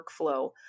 workflow